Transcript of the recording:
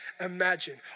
imagine